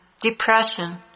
depression